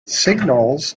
signals